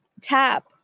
tap